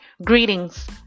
Greetings